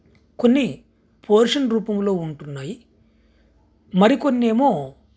కొన్ని పోర్షన్ రూపములో ఉంటున్నాయి మరికొన్నేమో